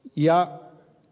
ja ed